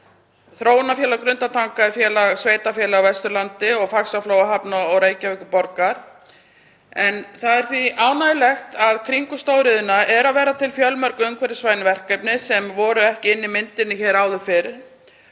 Þróunarfélag Grundartanga er félag sveitarfélaga á Vesturlandi, Faxaflóahafna og Reykjavíkurborgar. Það er því ánægjulegt að í kringum stóriðjuna eru að verða til fjölmörg umhverfisvæn verkefni sem ekki voru inni í myndinni hér áður fyrr,